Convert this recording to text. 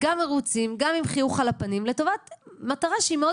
גם מרוצים וגם עם חיוך על הפנים לטובת מטרה שהיא מאוד